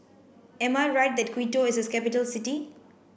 am I right that Quito is a capital city